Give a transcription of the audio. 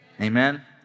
Amen